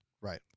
Right